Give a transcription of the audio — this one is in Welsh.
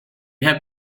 heb